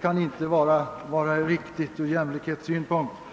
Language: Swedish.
kan inte vara riktigt från jämlikhetssynpunkt.